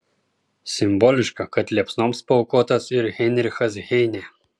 simboliška kad liepsnoms paaukotas ir heinrichas heinė